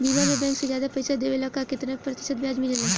बीमा में बैंक से ज्यादा पइसा देवेला का कितना प्रतिशत ब्याज मिलेला?